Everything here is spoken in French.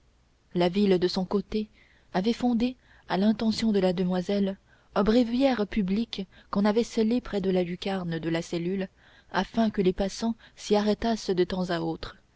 la ville de son côté avait fondé à l'intention de la demoiselle un bréviaire public qu'on avait scellé près de la lucarne de la cellule afin que les passants s'y arrêtassent de temps à autre